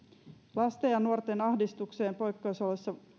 lasten ja nuorten ahdistukseen poikkeusoloissa